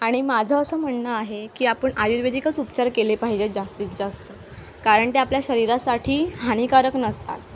आणि माझं असं म्हणणं आहे की आपण आयुर्वेदिकच उपचार केले पाहिजेत जास्तीत जास्त कारण ते आपल्या शरीरासाठी हानिकारक नसतात